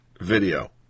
video